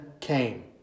came